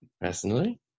personally